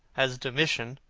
as domitian,